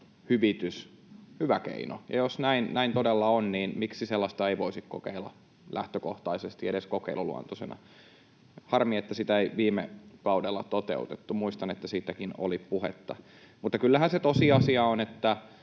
hyvä keino. Jos näin todella on, niin miksi sellaista ei voisi kokeilla lähtökohtaisesti, edes kokeiluluontoisena. Harmi, että sitä ei viime kaudella toteutettu — muistan, että siitäkin oli puhetta. Mutta kyllähän se tosiasia on, että